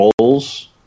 roles